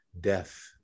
death